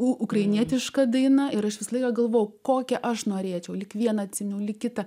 u ukrainietiška daina ir aš visą laiką galvojau kokia aš norėčiau lyg vieną atsiminiau lyg kitą